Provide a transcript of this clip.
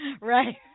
Right